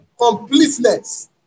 completeness